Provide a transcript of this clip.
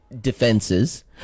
defenses